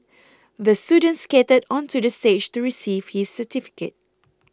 the student skated onto the stage to receive his certificate